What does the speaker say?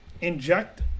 inject